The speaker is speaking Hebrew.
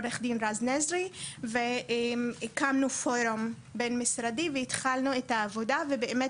עו"ד רז נזרי והקמנו פורום בין משרדי והתחלנו את העבודה ובאמת